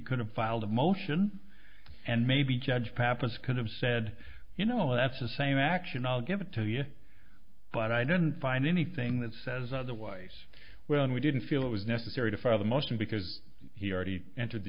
could have filed a motion and maybe judge pappas could have said you know that's the same action i'll give it to you but i didn't find anything that says otherwise when we didn't feel it was necessary to file the most because he already entered the